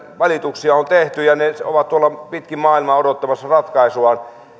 valituksia on tehty ja ne ovat tuolla pitkin maailmaa odottamassa ratkaisua